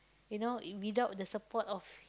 you know if without the support of